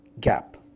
gap